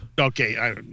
Okay